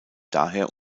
daher